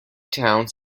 towns